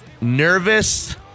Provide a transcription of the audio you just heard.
nervous